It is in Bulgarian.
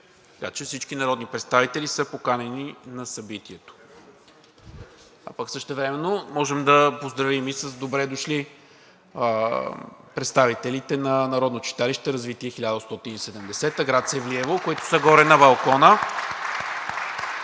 Така че всички народни представители са поканени на събитието. Същевременно можем да поздравим и с добре дошли представителите на Народно читалище „Развитие 1870“ – град Севлиево, които са горе на балкона!